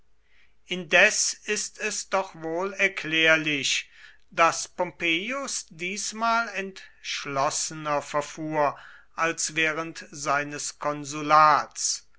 indes ist es doch wohl erklärlich daß pompeius diesmal entschlossener verfuhr als während seines konsulats